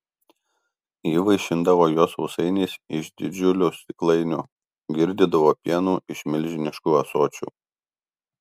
ji vaišindavo juos sausainiais iš didžiulių stiklainių girdydavo pienu iš milžiniškų ąsočių